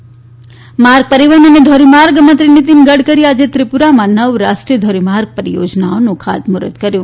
નીતિન ગડકરી માર્ગ પરિવહન અને ધોરીમાર્ગ મંત્રી નીતિન ગડકરી આજે ત્રિપુરામાં નવ રાષ્ટ્રીય ધોરીમાર્ગ પરિયોજનાઓનું ખાતમુહૂર્ત કર્યું